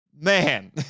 Man